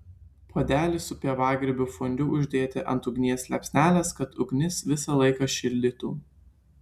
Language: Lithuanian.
puodelį su pievagrybių fondiu uždėti ant ugnies liepsnelės kad ugnis visą laiką šildytų